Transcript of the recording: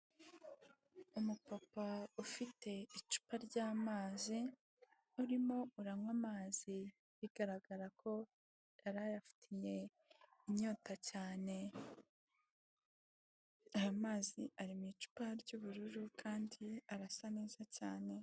Umupapa ufite icupa ry'amazi, urimo uranywa amazi bigaragara ko yari ayafiye inyota cyane. Aya mazi ari mu icupa ry'ubururu kandi arasa neza cyane.